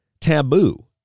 taboo